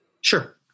Sure